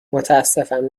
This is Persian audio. متاسفم